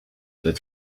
that